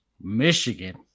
Michigan